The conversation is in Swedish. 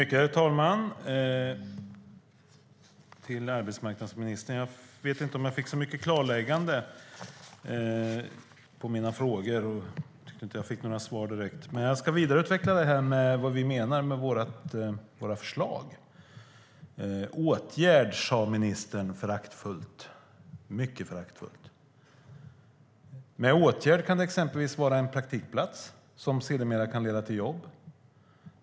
Herr talman! Jag vet inte om jag fick särskilt många klarlägganden på mina frågor av arbetsmarknadsministern. Jag tyckte inte att jag fick några svar direkt, men jag ska vidareutveckla vad vi menar med våra förslag. Ministern sade mycket föraktfullt: åtgärd. En åtgärd kan exempelvis vara en praktikplats som sedermera kan leda till jobb.